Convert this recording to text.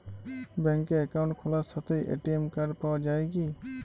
ব্যাঙ্কে অ্যাকাউন্ট খোলার সাথেই এ.টি.এম কার্ড পাওয়া যায় কি?